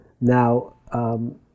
Now